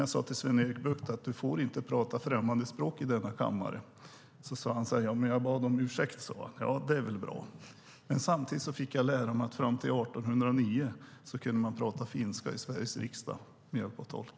Jag sade till Sven-Erik Bucht att han inte får prata främmande språk i denna kammare. Han sade: Ja, men jag bad om ursäkt. Det är väl bra, men samtidigt fick jag lära mig att fram till 1809 kunde man tala finska i Sveriges riksdag med hjälp av tolk.